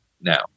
now